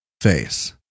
face